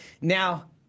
Now